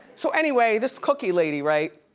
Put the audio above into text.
so anyway, this cookie lady, right?